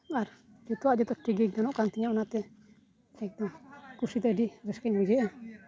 ᱟᱨ ᱡᱚᱛᱚᱣᱟᱜ ᱨᱮᱜᱮ ᱴᱷᱤᱠ ᱜᱮ ᱧᱮᱞᱚᱜ ᱠᱟᱱᱛᱤᱧᱟᱹ ᱚᱱᱟᱛᱮ ᱮᱠᱫᱚᱢ ᱠᱩᱥᱤᱛᱮ ᱟᱹᱰᱤ ᱨᱟᱹᱥᱠᱟᱹᱧ ᱵᱩᱡᱷᱟᱣᱮᱫᱟ